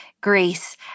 grace